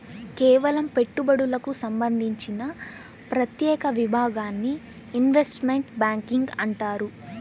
కేవలం పెట్టుబడులకు సంబంధించిన ప్రత్యేక విభాగాన్ని ఇన్వెస్ట్మెంట్ బ్యేంకింగ్ అంటారు